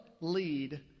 lead